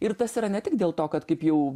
ir tas yra ne tik dėl to kad kaip jau